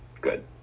Good